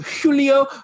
Julio